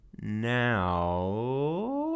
now